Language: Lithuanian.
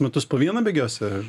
metus po vieną bėgiosi ar